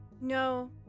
No